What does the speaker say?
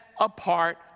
apart